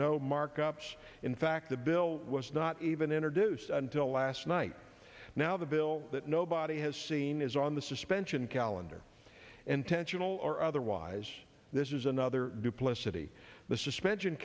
no markups in fact the bill was not even introduced until last night now the bill that nobody has seen is on the suspension calendar intentional or otherwise this is another duplicity the suspension